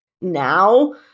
now